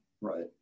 right